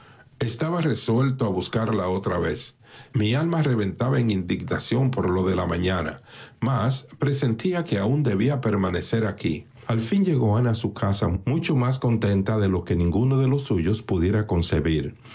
estaba resuelto a buscarla otra vez mi alma reventaba de indignación por lo de la mañana mas presentía que aun debía permanecer aquí al fin llegó ana a su casa mucho más contenta de lo que ninguno de los suyos pudiera concebir